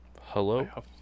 Hello